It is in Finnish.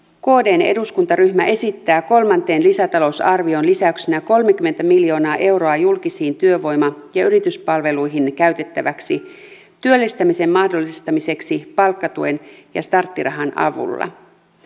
kdn eduskuntaryhmä esittää kolmanteen lisätalousarvioon lisäyksenä kolmekymmentä miljoonaa euroa julkisiin työvoima ja yrityspalveluihin käytettäväksi työllistämisen mahdollistamiseksi palkkatuen ja starttirahan avulla